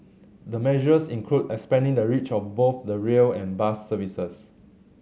the measures include expanding the reach of both the rail and bus services